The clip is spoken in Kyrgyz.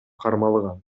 кармалган